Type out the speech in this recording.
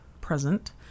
present